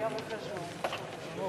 (תיקון מס' 14), התשע"ב 2011, נתקבל.